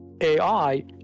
AI